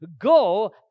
Go